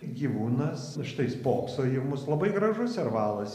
gyvūnas štai spokso į mus labai gražus servalas